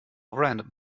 random